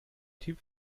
typ